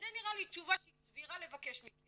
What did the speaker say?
וזו נראית לי תשובה שהיא סבירה לבקש מכם.